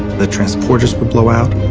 the transporters would blow out,